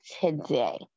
today